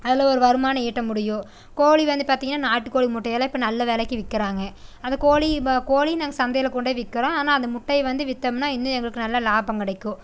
அதில் ஒரு வருமானம் ஈட்ட முடியும் கோழி வந்து பார்த்திங்கன்னா நாட்டு கோழி முட்டையெல்லாம் இப்போ நல்ல விலைக்கு விற்கிறாங்க அந்த கோழி கோழியும் நாங்கள் சந்தையில் கொண்டு போய் விற்கிறோம் ஆனால் அது முட்டையை வந்து விற்தோம்னா இன்னும் எங்களுக்கு நல்லா லாபம் கிடைக்கும்